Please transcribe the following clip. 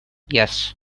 yes